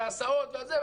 ההסעות וכו',